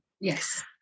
yes